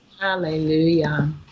Hallelujah